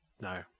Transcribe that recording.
no